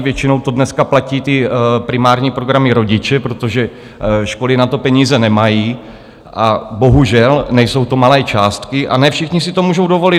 Většinou dneska platí primární programy rodiče, protože školy na to peníze nemají, a bohužel, nejsou to malé částky a ne všichni si to můžou dovolit.